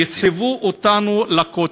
יסחבו אותנו לכותל.